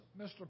mr